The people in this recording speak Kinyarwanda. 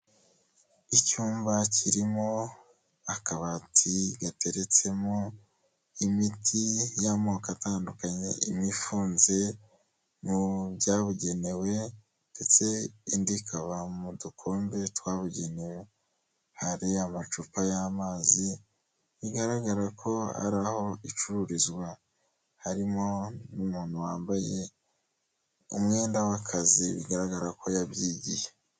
Icyumba cyirimo akabati gateretsemo imiti y'amoko atandukanye, imwe ifunze mu byabugenewe ndetse indi ikaba mu dukombe twabugenewe, hari amacupa y'amazi bigaragara ko ari aho icururizwa, harimo n'umuntu wambaye umwenda w'akazi bigaragara ko yabyigiye.